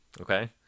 Okay